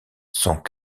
sont